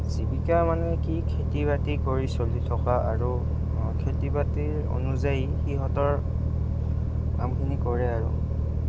জীৱিকা মানে কি খেতি বাতি কৰি চলি থকা আৰু খেতি বাতিৰ অনুযায়ী সিহঁতৰ কামখিনি কৰে আৰু